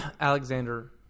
Alexander